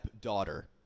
daughter